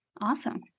Awesome